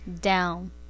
down